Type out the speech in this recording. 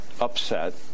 upset